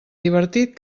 divertit